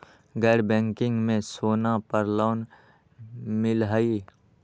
गैर बैंकिंग में सोना पर लोन मिलहई?